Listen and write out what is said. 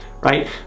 right